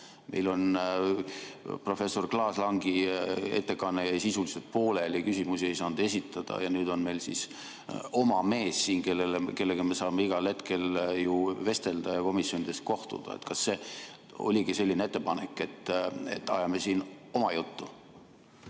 Meil professor Klaas-Langi ettekanne jäi sisuliselt pooleli, küsimusi ei saanud esitada, ja nüüd on meil siis oma mees siin, kellega me saame igal hetkel ju vestelda ja komisjonides kohtuda. Kas see oligi selline ettepanek, et ajame siin oma juttu?